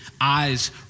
eyes